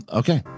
okay